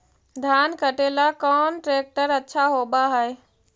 धान कटे ला कौन ट्रैक्टर अच्छा होबा है?